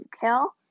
kill